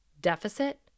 deficit